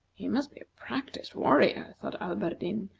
he must be a practised warrior, thought alberdin.